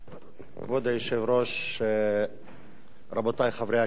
כבוד היושב-ראש, רבותי חברי הכנסת,